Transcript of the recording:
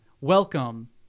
welcome